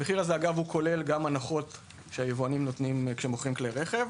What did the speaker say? המחיר הזה כולל גם הנחות שהיבואנים נותנים במכירת כלי הרכב.